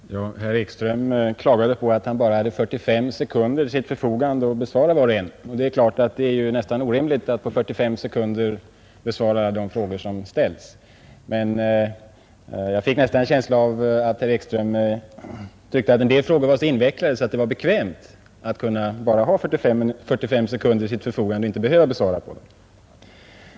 Herr talman! Herr Ekström klagade på att han bara hade 45 sekunder till sitt förfogande för att bemöta var och en av sina motståndare, och det är självfallet orimligt att på så kort tid besvara de frågor som ställts. Jag fick emellertid nästan en känsla av att herr Ekström tyckte att en del frågor var så invecklade, att det var bekvämt att bara ha 45 sekunder till sitt förfogande, så att han slapp besvara dem.